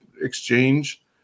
Exchange